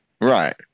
Right